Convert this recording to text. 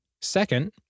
Second